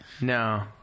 No